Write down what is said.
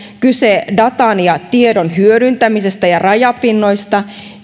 kyse datan ja tiedon hyödyntämisestä ja rajapinnoista